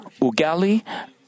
ugali